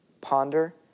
ponder